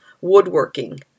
woodworking